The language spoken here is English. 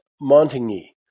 Montigny